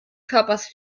körpers